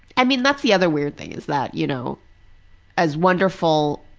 i mean that's the other weird thing is that, you know as wonderful